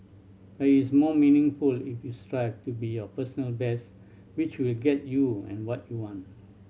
but it is more meaningful if you strive to be your personal best which will get you and what you want